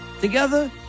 Together